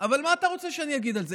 אבל מה אתה רוצה שאני אגיד על זה?